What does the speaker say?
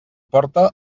porta